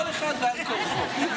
כל אחד בעל כורחו.